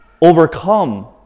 overcome